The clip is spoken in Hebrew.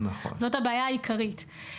זאת הבעיה העיקרית.